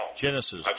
Genesis